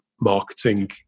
marketing